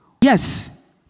yes